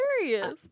hilarious